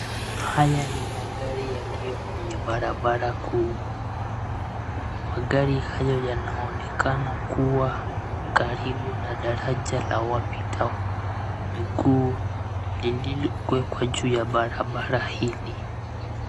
Haya ni magari yaliyo kwenye barabara kuu. Magari haya yanaonekana kuwa karibu na daraja la wapita miguu lililowekwa juu ya barabara hili.